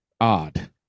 odd